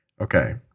okay